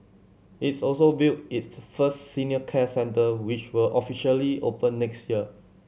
it's also built its first senior care centre which will officially open next year